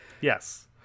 Yes